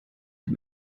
dem